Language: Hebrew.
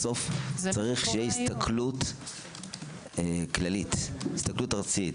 בסוף צריכה להיות הסתכלות כללי, הסתכלות ארצית.